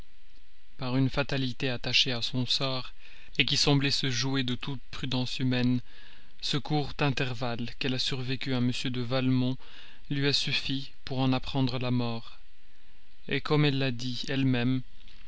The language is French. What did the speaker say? par une fatalité attachée à son sort qui semblait se jouer de toute prudence humaine ce court intervalle qu'elle a survécu à m de valmont lui a suffi pour en apprendre la mort et comme elle a dit elle-même